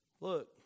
Look